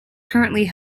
currently